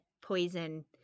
poison